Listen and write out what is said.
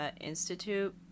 institute